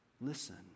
Listen